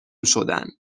شدن